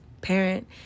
parent